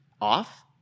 off